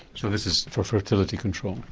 so this is for fertility control?